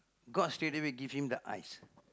god straight away give him the eyes